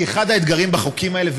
כי אחד האתגרים בחוקים האלה,